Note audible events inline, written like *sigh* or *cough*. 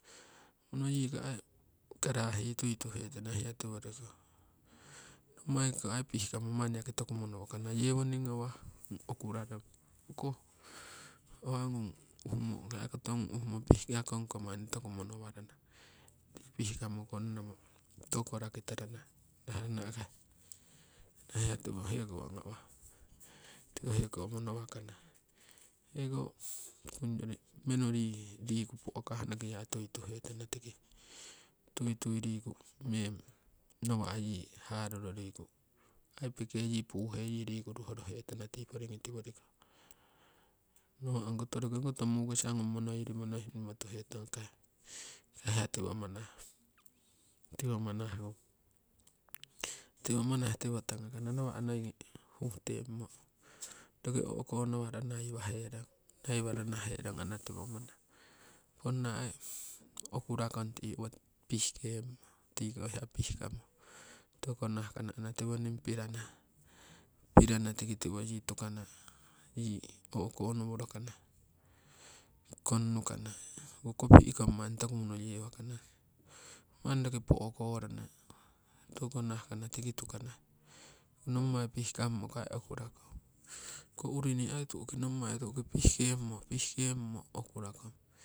Monoyiko aii karahii tui tuhetana hiya tiwori ko nommai kiko ai pihkamo manni yaki toku mono wakana. yewoning ngawah okurarong, koh *unintelligible* kakoto ngung uhumo pihkakong ko manni toku monowarana pihkamo. konnamo toku ko raki tarana naharana akai ana hiya tiwo hekowo ngawah tiko heko mono. wakana. Heko ongyori menu rii' riku po'kah noki yaa tui tuhetana tiki tui tui riku meng nawa yii haruro riku aii peke yii puuhe riku ruhoro hetana tii porigi tiworiko, nawa' ongkoto roki hokoto mukisa ngung monoirimo nohirimo tuhetong akai ana hiya tiwo manah. *hesitation* tiwo manah tiwo takagakana nawa' noigi huh temmo roki okonawaro naiwahe rong naiwaro nah herong ana tiwo manah ponna ai okura kong ti owo pihkemmo tiko hiya pihkamo tokuko nah kana ana tiwoning pirana pirana tiki tiwo yii tukana yii o'konoworo kana konnu kana. Hoo kopi'kong manni toku moye wakana manni roki po'korana toku ko nahkana tiki tukana, nommai pihkammo kai okurakong ongko urini nommai tu'ki pihkemo, pihkemo okura kong.